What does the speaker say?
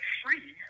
free